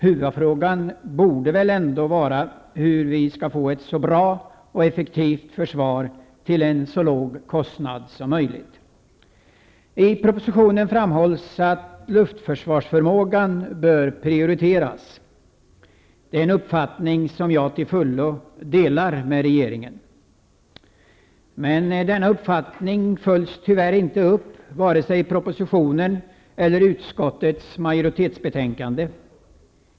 Huvudfrågan borde väl ändå vara hur vi skall få ett så bra och effektivt försvar till en så låg kostnad som möjligt. I propositionen framhålls att luftförsvarsförmågan bör prioriteras. Det är en uppfattning som jag till fullo delar med regeringen. Men denna uppfattning följs tyvärr inte upp i vare sig propositionen eller utskottets majoritetsbetänkande.